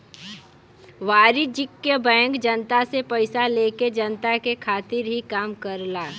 वाणिज्यिक बैंक जनता से पइसा लेके जनता के खातिर ही काम करला